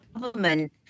government